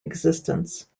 existence